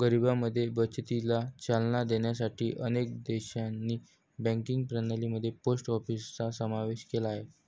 गरिबांमध्ये बचतीला चालना देण्यासाठी अनेक देशांनी बँकिंग प्रणाली मध्ये पोस्ट ऑफिसचा समावेश केला आहे